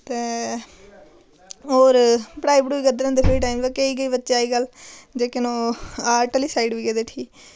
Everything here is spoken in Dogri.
ते होर पढ़ाई पढ़ुई करदे रौंह्दे फ्री टैम पर केईं केईं बच्चे अज्जकल जेह्के न ओह् आर्ट आह्ली साइड बी गेदे उठी